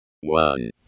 one